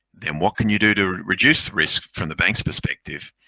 then what can you do to reduce risk from the bank's perspective?